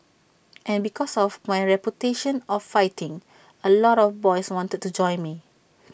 and because of my reputation of fighting A lot of boys wanted to join me